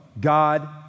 God